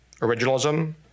Originalism